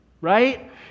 right